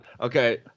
okay